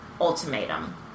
ultimatum